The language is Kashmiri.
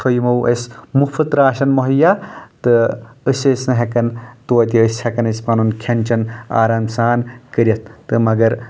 تھوو یِمو اسہِ مُفُط راشن مُہیا تہٕ أسۍ ٲسۍ نہٕ ہٮ۪کان توتہِ ٲسۍ ہٮ۪کان أسۍ پنُن کھٮ۪ن چٮ۪ن آرام سان کٔرتھ تہٕ مگر